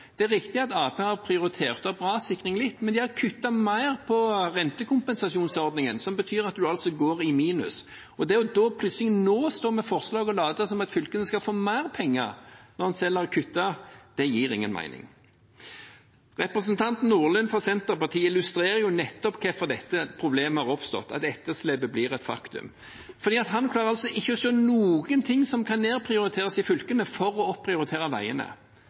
Det er riktig at Arbeiderpartiet har prioritert opp rassikring litt, men de har kuttet mer på ventekompensasjonsordningen, som betyr at en altså går i minus. Det at en plutselig nå står med forslag og later som om fylkene skal få mer penger når en selv har kuttet, gir ingen mening. Representanten Nordlund fra Senterpartiet illustrer nettopp hvorfor dette problemet har oppstått, at etterslepet har blitt et faktum. Han klarer ikke å se noen ting som kan nedprioriteres i fylkene for å opprioritere veiene.